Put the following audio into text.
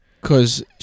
Cause